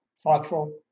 thoughtful